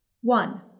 One